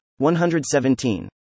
117